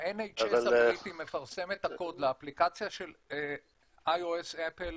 ה-NHS הבריטי מפרסם את הקוד לאפליקציה של IOS אפל,